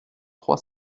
trois